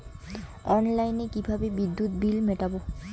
অনলাইনে কিভাবে বিদ্যুৎ বিল মেটাবো?